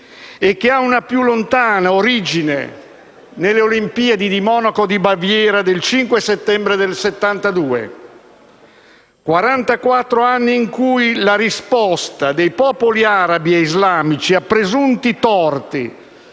e che ha una più lontana origine nelle Olimpiadi di Monaco di Baviera del 5 settembre 1972. Quarantaquattro anni in cui la risposta dei popoli arabi e islamici a presunti torti